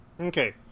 okay